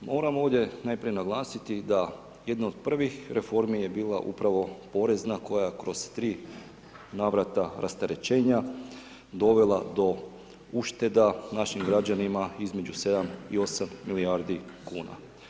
Moramo ovdje najprije naglasiti da jednu od prvih reformi je bila upravo porezna koja kroz 3 navrata rasterećenja dovela do ušteda našim građanima, između 7 i 8 milijardi kn.